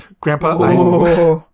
Grandpa